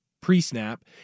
pre-snap